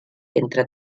entre